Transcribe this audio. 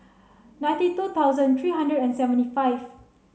ninety two thousand three hundred and seventy five